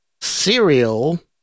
cereal